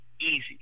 easy